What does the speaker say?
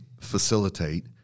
facilitate